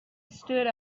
stood